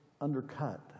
undercut